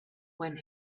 when